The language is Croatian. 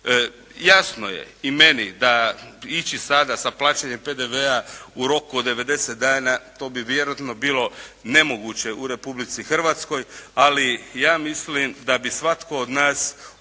Jasno je i meni da ići sada sa plaćanjem PDV-a u roku od 90 dana to bi vjerojatno bilo nemoguće u Republici Hrvatskoj, ali ja mislim da bi svatko od nas obje